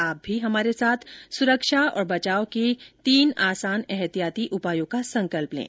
आप भी हमारे साथ सुरक्षा और बचाव के तीन आसान एहतियाती उपायों का संकल्प लें